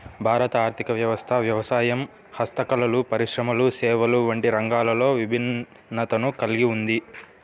భారత ఆర్ధిక వ్యవస్థ వ్యవసాయం, హస్తకళలు, పరిశ్రమలు, సేవలు వంటి రంగాలతో విభిన్నతను కల్గి ఉంది